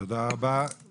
תודה רבה.